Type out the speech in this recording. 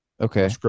okay